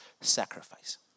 sacrifice